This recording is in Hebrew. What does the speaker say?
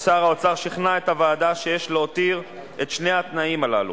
אדוני היושב-ראש,